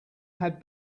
had